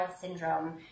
syndrome